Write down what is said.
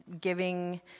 giving